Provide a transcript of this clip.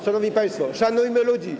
Szanowni państwo, szanujmy ludzi.